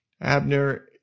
Abner